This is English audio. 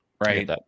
right